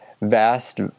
vast